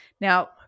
Now